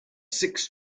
six